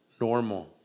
normal